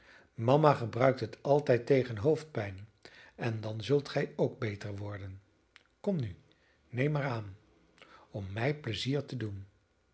mama gebruikt het altijd tegen hoofdpijn en dan zult gij ook beter worden kom nu neem maar aan om mij pleizier te doen